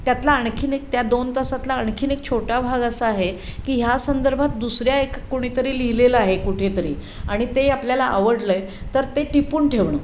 त्यातला आणखी एक त्या दोन तासातला आणखी एक छोटा भाग असा आहे की ह्या संदर्भात दुसऱ्या एक कुणीतरी लिहिलेलं आहे कुठेतरी आणि ते आपल्याला आवडलं आहे तर ते टिपून ठेवणं